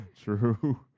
True